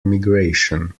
migration